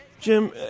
Jim